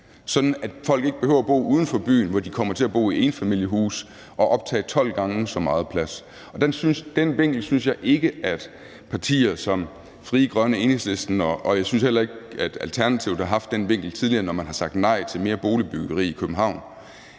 at folk ikke behøver at bo uden for byen, hvor de kommer til at bo i enfamilieshuse og optage 12 gange så meget plads. Den vinkel synes jeg ikke at partier som Frie Grønne og Enhedslisten har – og jeg synes heller ikke, at Alternativet har haft den vinkel tidligere, når man har sagt nej til mere boligbyggeri i København.